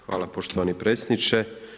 Hvala poštovani predsjedniče.